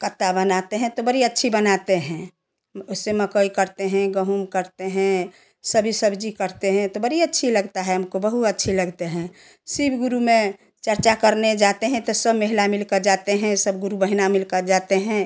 कट्टा बनाते हैं तो बड़ी अच्छी बनाते हैं उससे मकई काटते हैं गेहूं काटते हैं सभी सब्जी काटते हैं तो बड़ी अच्छी लगता है हमको बहुत अच्छी लगते हैं शिव गुरु में चर्चा करने जाते हैं तो सब महिलाएं मिलकर जाते हैं सब गुरु बहिना मिलकर जाते हैं